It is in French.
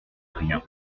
rien